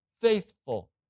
faithful